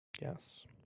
Yes